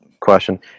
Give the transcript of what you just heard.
Question